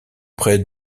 près